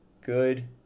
good